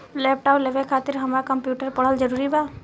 Laptop लेवे खातिर हमरा कम्प्युटर पढ़ल जरूरी बा?